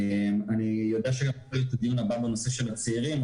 אני יודע שהדיון הבא אמור להיות בנושא הצעירים,